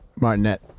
Martinet